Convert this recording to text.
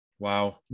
Wow